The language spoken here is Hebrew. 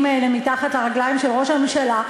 האלה מתחת לרגליים של ראש הממשלה.